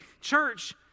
church